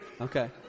Okay